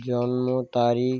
জন্ম তারিখ